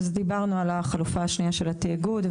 דיברנו על החלופה השנייה של התאגוד,